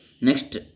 Next